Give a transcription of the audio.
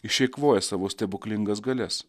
išeikvoja savo stebuklingas galias